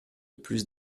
plus